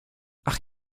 ach